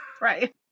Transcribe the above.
Right